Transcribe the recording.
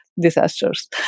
disasters